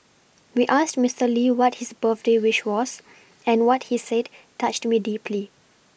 we asked Mister Lee what his birthday wish was and what he said touched me deeply